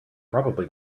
probably